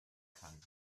kann